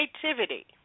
creativity